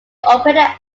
operated